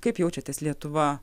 kaip jaučiatės lietuva